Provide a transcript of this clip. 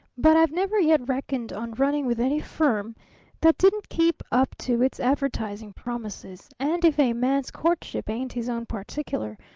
but i've never yet reckoned on running with any firm that didn't keep up to its advertising promises, and if a man's courtship ain't his own particular,